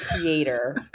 creator